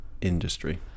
industry